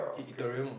E Ethereum (one)